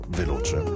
veloce